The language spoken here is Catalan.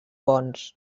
bons